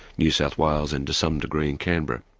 new south wales and to some degree in canberra.